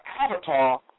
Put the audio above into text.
avatar